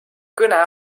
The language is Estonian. kõne